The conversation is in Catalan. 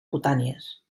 cutànies